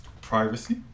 privacy